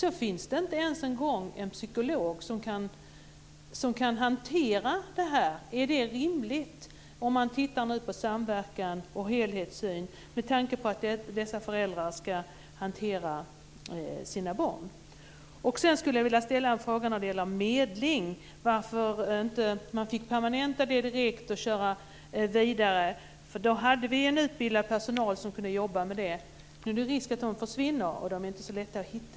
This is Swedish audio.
Men sedan finns det ingen psykolog som kan hantera detta. Är det rimligt - om man tittar på samverkan och helhetssyn - med tanke på att dessa föräldrar ska ta hand om sina barn? Sedan skulle jag vilja ställa en fråga som gäller medling. Varför fick man inte permanenta detta direkt och köra vidare? Det fanns utbildad personal som kunde jobba med det. Nu är det risk att de försvinner, och de är inte så lätta att hitta.